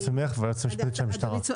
ממך ומהיועצת המשפטית של משרד המשפטים.